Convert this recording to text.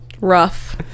rough